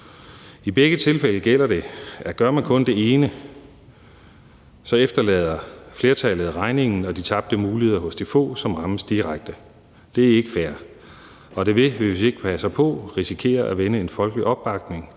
I begge tilfælde gælder det, at gør man kun det ene, efterlader flertallet regningen og de tabte muligheder hos de få, som rammes direkte. Det er ikke fair, og det vil, hvis vi ikke passer på, risikere at vende en folkelig opbakning